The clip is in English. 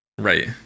right